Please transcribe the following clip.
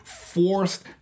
forced